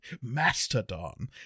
Mastodon